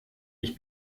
ich